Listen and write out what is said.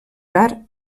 tard